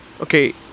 Okay